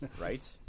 Right